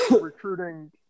recruiting –